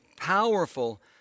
powerful